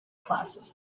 classes